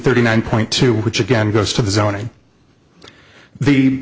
thirty nine point two which again goes to the zoning the